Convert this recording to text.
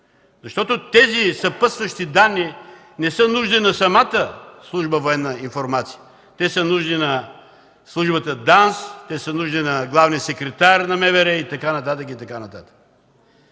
Защото тези съпътстващи данни не са нужни на самата служба „Военна информация”, те са нужни на службата ДАНС, на главния секретар на МВР и така нататък. Що се касае